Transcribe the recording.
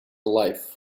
life